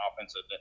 offensive